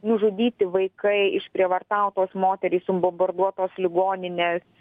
nužudyti vaikai išprievartautos moterys subombarduotos ligoninės